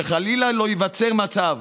שחלילה לא ייווצר מצב